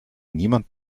niemand